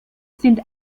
sind